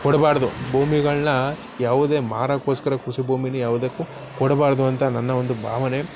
ಕೊಡಬಾರ್ದು ಭೂಮಿಗಳ್ನ ಯಾವುದೇ ಮಾರೋಕೋಸ್ಕರ ಕೃಷಿ ಭೂಮಿನ ಯಾವುದಕ್ಕೂ ಕೊಡಬಾರದು ಅಂತ ನನ್ನ ಒಂದು ಭಾವನೆ